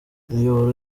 imiyoboro